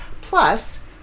plus